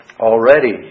Already